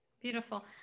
Beautiful